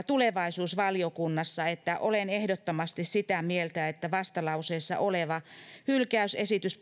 tulevaisuusvaliokunnassa että olen ehdottomasti sitä mieltä että vastalauseessa oleva hylkäysesitys